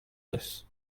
this